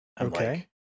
Okay